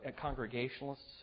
congregationalists